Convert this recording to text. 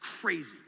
crazy